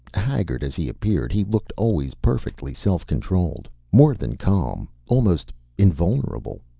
haggard as he appeared, he looked always perfectly self-controlled, more than calm almost invulnerable.